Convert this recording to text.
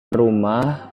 rumah